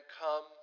come